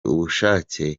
ubushake